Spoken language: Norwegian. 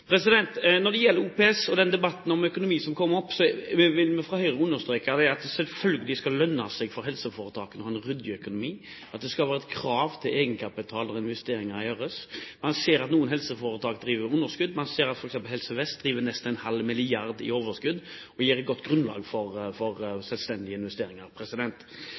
gjort. Når det gjelder OPS og debatten om økonomi som kom opp, vil vi fra Høyre understreke at det selvfølgelig skal lønne seg for helseforetakene å ha en ryddig økonomi, at det skal være et krav til egenkapital når investeringer gjøres. Man ser at noen helseforetak driver med underskudd. Man ser at f.eks. Helse Vest driver med nesten en halv milliard kroner i overskudd, og det gir et godt grunnlag for selvstendige investeringer.